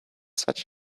such